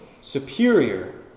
superior